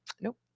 Nope